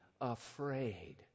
afraid